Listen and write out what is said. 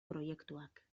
proiektuak